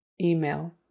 Email